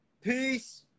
Peace